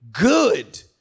good